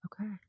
Okay